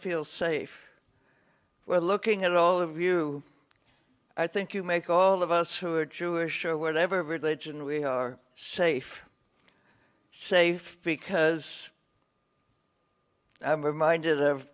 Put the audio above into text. feel safe where looking at all of you i think you make all of us who are jewish or whatever religion we are safe safe because i'm reminded of